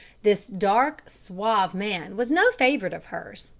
this dark, suave man was no favourite of hers,